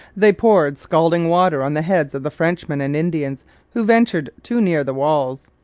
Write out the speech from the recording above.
they poured scalding water on the heads of the frenchmen and indians who ventured too near the walls.